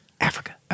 Africa